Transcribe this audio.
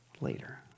later